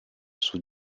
sous